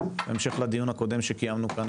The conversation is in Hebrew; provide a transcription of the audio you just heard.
בהמשך לדיון הקודם שקיימנו כאן,